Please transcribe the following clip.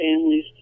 families